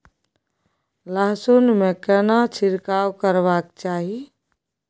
लहसुन में केना छिरकाव करबा के चाही?